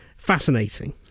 Fascinating